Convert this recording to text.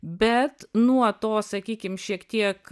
bet nuo to sakykim šiek tiek